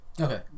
Okay